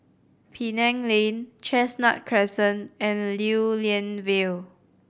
Penang Lane Chestnut Crescent and Lew Lian Vale